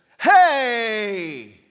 Hey